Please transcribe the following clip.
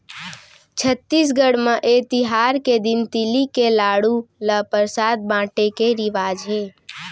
छत्तीसगढ़ म ए तिहार के दिन तिली के लाडू ल परसाद बाटे के रिवाज हे